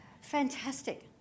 Fantastic